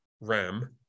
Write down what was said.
ram